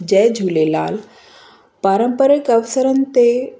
जय झूलेलाल पारंपारिक अवसरनि ते